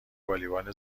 والیبال